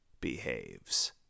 behaves